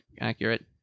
accurate